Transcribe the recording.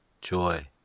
joy